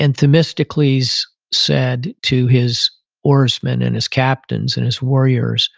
and themistocles said to his oarsmen, and his captains, and his warriors,